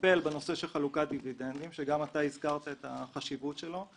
לטפל בנושא של חלוקת דיבידנדים - גם אתה הזכרת את החשיבות שלו.